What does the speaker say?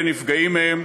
לנפגעים בהם,